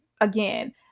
again